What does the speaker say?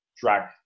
drag